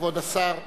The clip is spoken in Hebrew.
כבוד השר.